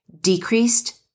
decreased